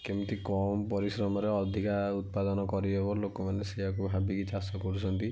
କେମିତି କମ୍ ପରିଶ୍ରମରେ ଅଧିକା ଉତ୍ପାଦନ କରିହେବ ଲୋକମାନେ ସେଇଆକୁ ଭାବିକି ଚାଷ କରୁଛନ୍ତି